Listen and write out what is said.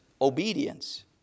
obedience